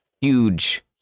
huge